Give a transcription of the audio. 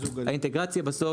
והמגדלים שמעניינים אותנו